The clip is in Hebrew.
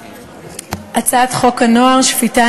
הצעת חוק הנוער (שפיטה,